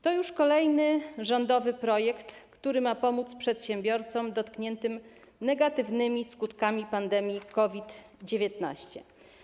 To kolejny rządowy projekt, który ma pomóc przedsiębiorcom dotkniętym negatywnymi skutkami pandemii COVID-19.